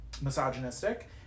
misogynistic